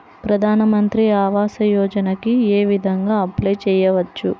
ప్రధాన మంత్రి ఆవాసయోజనకి ఏ విధంగా అప్లే చెయ్యవచ్చు?